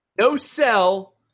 no-sell